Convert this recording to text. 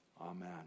Amen